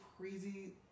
crazy